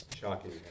shocking